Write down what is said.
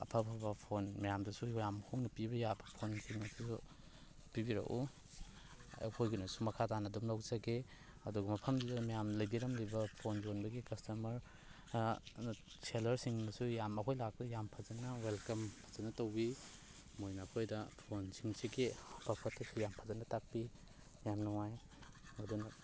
ꯑꯐ ꯑꯐꯕ ꯐꯣꯟ ꯃꯌꯥꯝꯗꯁꯨ ꯌꯥꯝ ꯍꯣꯡꯅ ꯄꯤꯕ ꯌꯥꯕ ꯐꯣꯟꯁꯤꯡ ꯑꯗꯨꯁꯨ ꯄꯤꯕꯤꯔꯛꯎ ꯑꯩꯈꯣꯏꯒꯤꯅꯁꯨ ꯃꯈꯥ ꯇꯥꯅ ꯑꯗꯨꯝ ꯂꯧꯖꯒꯦ ꯑꯗꯨ ꯃꯐꯝꯗꯨꯗ ꯃꯌꯥꯝ ꯂꯩꯕꯤꯔꯝꯂꯤꯕ ꯐꯣꯟ ꯌꯣꯟꯕꯒꯤ ꯀꯁꯇꯃꯔ ꯁꯦꯂꯔꯁꯤꯡꯅꯁꯨ ꯌꯥꯝ ꯑꯩꯈꯣꯏ ꯂꯥꯛꯄꯗ ꯌꯥꯝ ꯐꯖꯅ ꯋꯦꯜꯀꯝ ꯐꯖꯅ ꯇꯧꯕꯤ ꯃꯣꯏꯅ ꯑꯩꯈꯣꯏꯗ ꯐꯣꯟꯁꯤꯡꯁꯤꯒꯤ ꯑꯐ ꯐꯠꯇꯁꯨ ꯌꯥ ꯐꯖꯅ ꯇꯥꯛꯄꯤ ꯌꯥꯝ ꯅꯨꯡꯉꯥꯏ ꯑꯗꯨꯅ